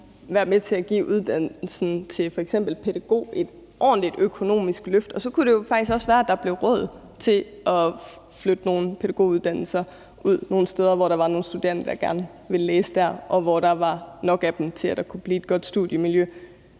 være med til at give f.eks. pædagoguddannelsen et ordentligt økonomisk løft, og så kunne det jo faktisk også svære, at der blev råd til at flytte nogle pædagoguddannelser ud til nogle steder, hvor der var nogle studerende der gerne ville læse det, og hvor der var nok af dem, til at man kunne få et godt studiemiljø.